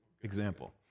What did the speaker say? example